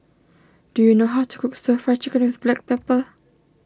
do you know how to cook Stir Fry Chicken with Black Pepper